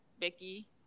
becky